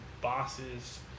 bosses